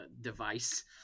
device